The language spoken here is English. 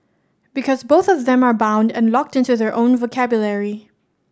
because both of them are bound and locked into their own vocabulary